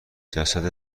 جسد